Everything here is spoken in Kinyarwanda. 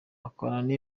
akorana